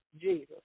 Jesus